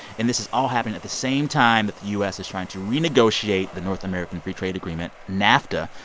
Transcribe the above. and this is all happening at the same time that the u s. is trying to renegotiate the north american free trade agreement, nafta,